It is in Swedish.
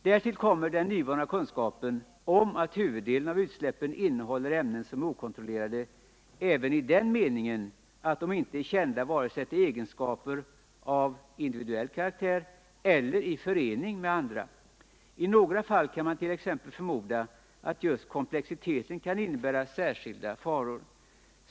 Därtill kommer den nyvunna kunskapen om att huvuddelen av utsläppen innehåller ämnen som är okontrollerade även i den meningen att de inte är kända till egenskaper vare sig av individuell karaktär eller i förening med andra. I några fall kan man t.ex. förmoda att just komplexiteten kan innebära särskilda faror.